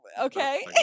Okay